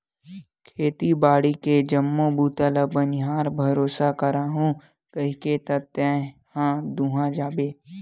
खेती बाड़ी के जम्मो बूता ल बनिहार भरोसा कराहूँ कहिके त तेहा दूहा जाबे